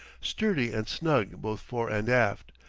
sturdy and snug both fore and aft,